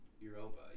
Europa